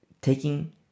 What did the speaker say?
taking